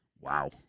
Wow